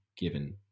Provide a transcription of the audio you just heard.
given